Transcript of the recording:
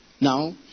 Now